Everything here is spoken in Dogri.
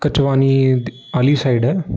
कुंजवानी आह्ली साइड ऐ